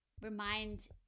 remind